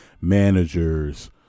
managers